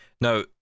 Now